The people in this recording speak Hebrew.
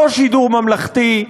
לא שידור ממלכתי,